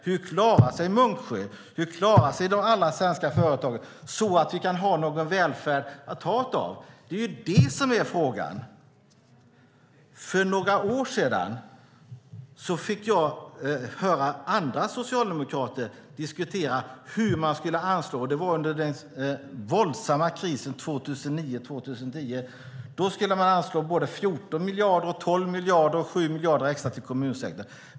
Hur klarar sig Munksjö? Hur klarar sig alla svenska företag så att vi kan ha någon välfärd att ta av? Det är det som är frågan. För några år sedan fick jag höra andra socialdemokrater diskutera hur man skulle anslå. Det var under den våldsamma krisen 2009-2010. Då skulle man anslå såväl 14 miljarder som 12 miljarder och 7 miljarder extra till kommunsektorn.